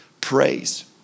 praise